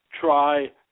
try